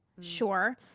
Sure